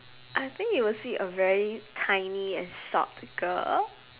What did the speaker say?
I think you will see a very tiny and short girl